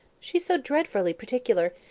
she's so dreadfully particular,